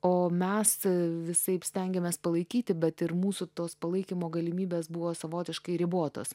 o mes visaip stengėmės palaikyti bet ir mūsų tos palaikymo galimybės buvo savotiškai ribotos